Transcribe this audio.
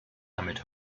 damit